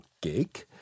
gig